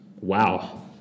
wow